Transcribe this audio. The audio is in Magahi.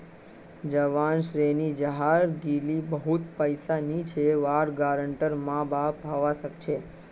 जवान ऋणी जहार लीगी बहुत पैसा नी छे वहार गारंटर माँ बाप हवा सक छे